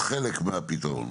ברור, זה חלק מהפתרון,